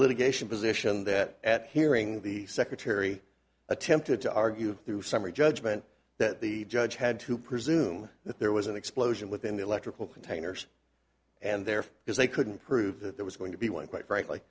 litigation position that at hearing the secretary attempted to argue through summary judgment that the judge had to presume that there was an explosion within the electrical containers and there because they couldn't prove that there was going to be one quite frankly